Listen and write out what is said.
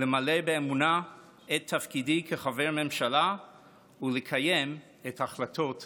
למלא באמונה את תפקידי כחבר הממשלה ולקיים את החלטות הכנסת.